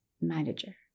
manager